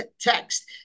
text